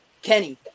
Kenny